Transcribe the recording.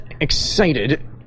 excited